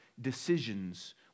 decisions